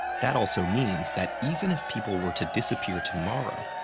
that also means that even if people were to disappear tomorrow,